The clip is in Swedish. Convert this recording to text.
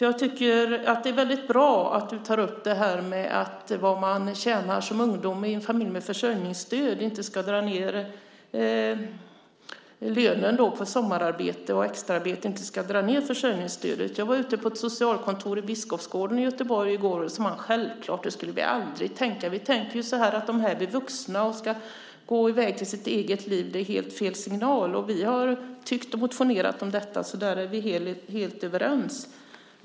Jag tycker att det är väldigt bra att du tar upp att det ungdomar i en familj med försörjningsstöd får som lön från sommararbete och extraarbete inte ska dra ned försörjningsstödet. Jag var ute på ett socialkontor i Biskopsgården i Göteborg i går och där sade man: Självklart, så skulle vi aldrig tänka. Vi tänker ju att de blir vuxna och ska gå i väg till sitt eget liv. Det är helt fel signal. Vi har tyckt och motionerat om detta. Där är vi helt överens.